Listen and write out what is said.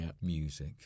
music